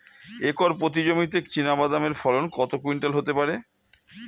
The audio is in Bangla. একর প্রতি জমিতে চীনাবাদাম এর ফলন কত কুইন্টাল হতে পারে?